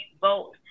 vote